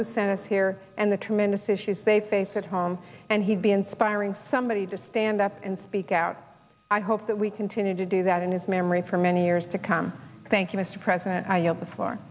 who sent us here and the tremendous issues they face at home and he'd be inspiring somebody to stand up and speak out i hope that we continue to do that in his memory for many years to come thank you mr president i